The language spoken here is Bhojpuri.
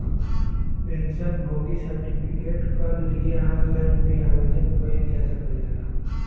पेंशन भोगी सर्टिफिकेट कल लिए ऑनलाइन भी आवेदन कइल जा सकल जाला